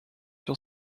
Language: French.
sur